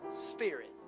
spirit